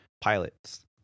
pilots